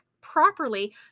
properly